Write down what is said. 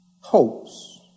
hopes